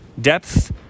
depth